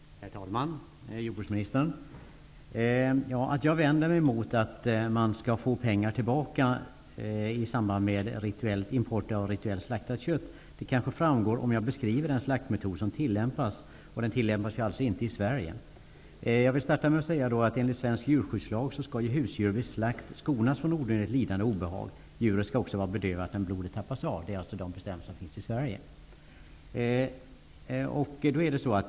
Herr talman! Jordbruksministern! Varför jag vänder mig mot att man skall få pengar tillbaka i samband med import av rituellt slaktat kött kanske framgår om jag beskriver den slaktmetod som tillämpas. Den tillämpas alltså inte i Sverige. Enligt svensk djurskyddslag skall husdjur vid slakt skonas från onödigt lidande och obehag. Djuret skall också vara bedövat när blodet tappas av. Det är alltså de bestämmelser som finns i Sverige.